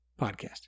podcast